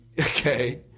okay